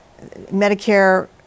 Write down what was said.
Medicare